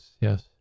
yes